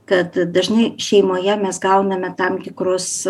kad dažnai šeimoje mes gauname tam tikrus